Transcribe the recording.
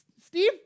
steve